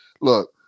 Look